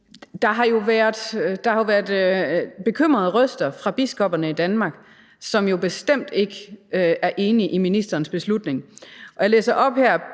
der har jo været bekymrede røster fra biskopperne i Danmark, som bestemt ikke er enige i ministerens beslutning. Jeg læser op her,